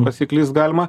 pasiklyst galima